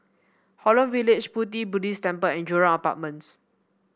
Holland Village Pu Ti Buddhist Temple and Jurong Apartments